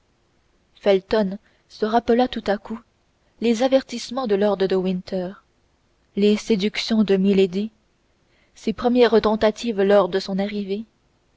felton se rappela tout à coup les avertissements de lord de winter les séductions de milady ses premières tentatives lors de son arrivée